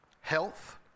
health